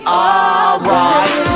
alright